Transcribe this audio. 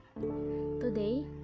Today